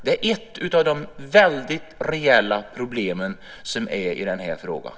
Det är ett av de väldigt reella problemen i den här frågan.